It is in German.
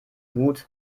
gut